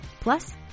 Plus